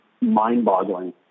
mind-boggling